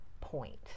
point